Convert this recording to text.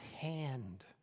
hand